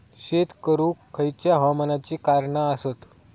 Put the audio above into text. शेत करुक खयच्या हवामानाची कारणा आसत?